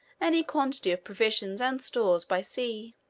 any quantity of provisions and stores by sea.